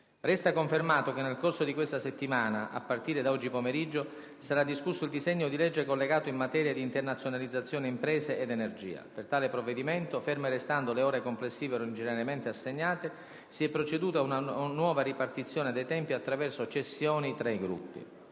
Resta confermato che nel corso di questa settimana, a partire da oggi pomeriggio, sarà discusso il disegno di legge collegato in materia di internazionalizzazione imprese e energia. Per tale provvedimento, ferme restando le ore complessive originariamente assegnate, si è proceduta a una nuova ripartizione dei tempi attraverso cessioni tra i Gruppi.